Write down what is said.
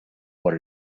what